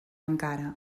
encara